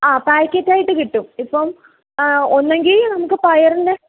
ആ പാക്കറ്റായിട്ട് കിട്ടും ഇപ്പം ഒന്നെങ്കിൽ നമുക്ക് പയറിൻറ്റെ